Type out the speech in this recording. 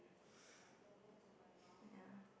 ya